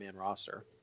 roster